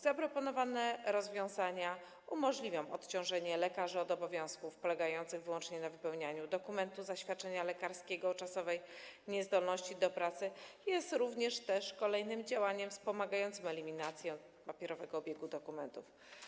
Zaproponowane rozwiązania umożliwią odciążenie lekarzy w przypadku obowiązków polegających wyłącznie na wypełnianiu dokumentu zaświadczenia lekarskiego o czasowej niezdolności do pracy, jest również kolejnym działaniem wspomagającym eliminację papierowego obiegu dokumentów.